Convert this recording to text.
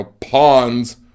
pawns